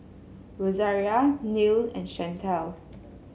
Rosaria Neil and Shantel